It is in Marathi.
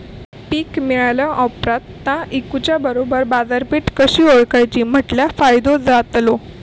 पीक मिळाल्या ऑप्रात ता इकुच्या बरोबर बाजारपेठ कशी ओळखाची म्हटल्या फायदो जातलो?